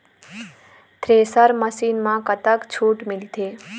Thresher machine म कतक छूट मिलथे?